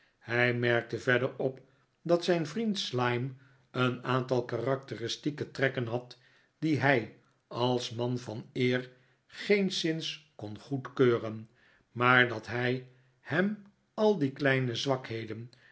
hij merkte verder op dat zijn vriend slyme een aantal karakteristieke trekken had die hij als man van eer t geenszins kon goedkeuren maar dat hij hem al die kleine zwakheden